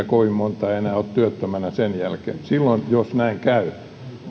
kovin monta enää ole työttömänä sen jälkeen silloin jos näin käy